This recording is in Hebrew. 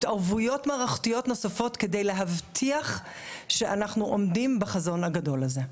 התערבויות מערכתיות נוספות כדי להבטיח שאנחנו עומדים בחזון הגדול הזה.